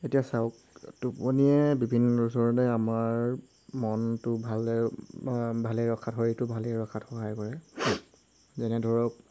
এতিয়া চাওক টোপনিয়ে বিভিন্ন ধৰণে আমাৰ মনটো ভালে বা ভালে ৰখাত শৰীৰটো ভালেই ৰখাত সহায় কৰে যেনে ধৰক